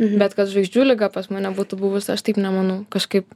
bet kad žvaigždžių liga pas mane būtų buvus aš taip nemanau kažkaip